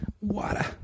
Water